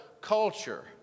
culture